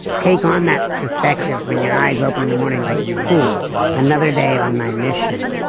take on that perspective when your eyes open in the morning, like cool another day on my mission,